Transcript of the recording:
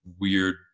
weird